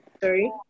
sorry